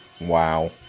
Wow